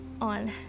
on